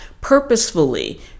purposefully